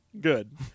good